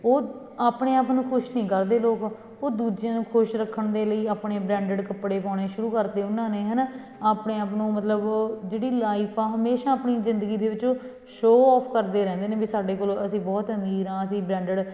ਉਹ ਆਪਣੇ ਆਪ ਨੂੰ ਖੁਸ਼ ਨਹੀਂ ਕਰਦੇ ਲੋਕ ਉਹ ਦੂਜਿਆਂ ਨੂੰ ਖੁਸ਼ ਰੱਖਣ ਦੇ ਲਈ ਆਪਣੇ ਬ੍ਰੈਂਡਡ ਕੱਪੜੇ ਪਾਉਣੇ ਸ਼ੁਰੂ ਕਰਤੇ ਉਹਨਾਂ ਨੇ ਹੈ ਨਾ ਆਪਣੇ ਆਪ ਨੂੰ ਮਤਲਬ ਜਿਹੜੀ ਲਾਈਫ ਆ ਹਮੇਸ਼ਾਂ ਆਪਣੀ ਜ਼ਿੰਦਗੀ ਦੇ ਵਿੱਚ ਸ਼ੋ ਆਫ ਕਰਦੇ ਰਹਿੰਦੇ ਨੇ ਵੀ ਸਾਡੇ ਕੋਲ ਅਸੀਂ ਬਹੁਤ ਅਮੀਰ ਹਾਂ ਅਸੀਂ ਬ੍ਰੈਂਡਡ